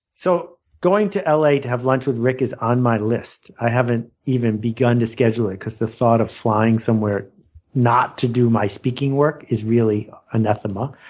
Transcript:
so going to la to have lunch with rick is on my list. i haven't even begun to schedule it because the thought of flying somewhere not to do my speaking work is really anathema.